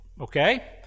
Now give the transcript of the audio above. okay